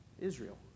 Israel